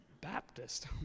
Baptist